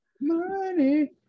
Money